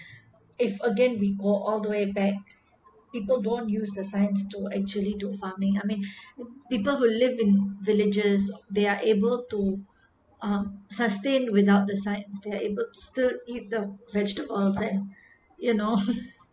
if again we go all the way back people don't use the science to actually do farming I mean people who live in villages they are able to um sustained without the science they're but still eat the vegetable then you know